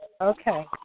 Okay